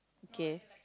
okay